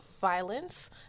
violence